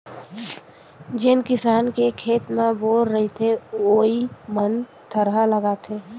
जेन किसान के खेत म बोर रहिथे वोइ मन थरहा लगाथें